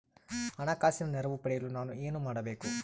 ಹಣಕಾಸಿನ ನೆರವು ಪಡೆಯಲು ನಾನು ಏನು ಮಾಡಬೇಕು?